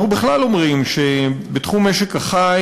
אנחנו בכלל אומרים שבתחום משק החי,